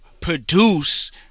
produce